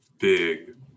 big